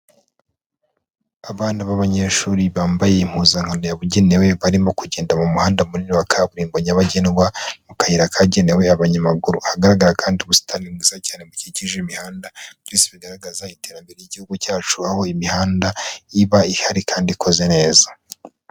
Abana b'abanyeshuri bambaye impuzankano yabugenewe, barimo kugenda mu muhanda munini wa kaburimbo nyabagendwa, mu kayira kagenewe abanyamaguru, ahagaragara kandi ubusitani bwiza cyane bukikije imihanda, byose bigaragaza iterambere ry'igihugu cyacu, aho imihanda iba ihari kandi ikoze neza.